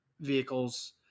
vehicles